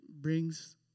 brings